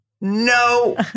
no